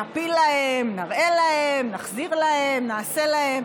נפיל להם, נראה להם, נחזיר להם, נעשה להם.